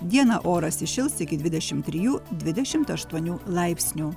dieną oras įšils iki dvidešim trijų dvidešim aštuonių laipsnių